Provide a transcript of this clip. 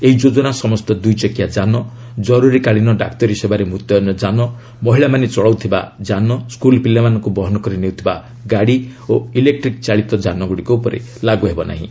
ଏହି ଯୋଜନା ସମସ୍ତ ଦୁଇଚକିଆ ଯାନ ଜରୁରୀକାଳୀନ ଡାକ୍ତରୀ ସେବାରେ ମୁତୟନ ଯାନ ମହିଳାମାନେ ଚଳାଉଥିବା ଯାନ ସ୍କୁଲ୍ ପିଲାମାନଙ୍କୁ ବହନ କରି ନେଉଥିବା ଯାନ ଓ ଇଲେକ୍ଟ୍ରିକ୍ ଚାଳିତ ଯାନଗୁଡ଼ିକ ଉପରେ ଲାଗୁ ହେବ ନାହିଁ